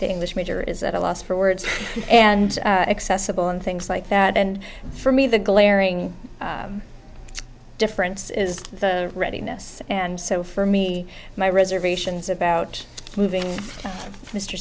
that english major is at a loss for words and accessible and things like that and for me the glaring difference is the readiness and so for me my reservations about moving mr